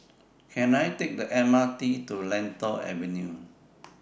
Can I Take The M R T to Lentor Avenue